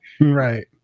Right